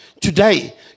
today